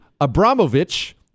Abramovich